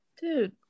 Dude